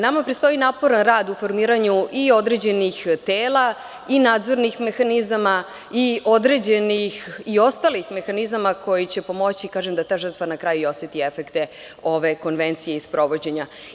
Nama predstoji naporan rad u formiranju određenih tela, nadzornih mehanizama, kao i određenih ostalih mehanizama koji će pomoći da ta žrtva na kraju oseti efekte ove konvencije i sprovođenja.